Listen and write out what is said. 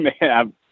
Man